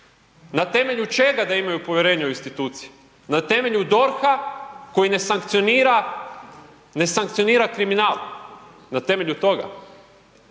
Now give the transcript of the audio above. Na temelju čega da imaju povjerenje u institucije? Na temelju DORH-a koji ne sankcionira kriminal, na temelju toga.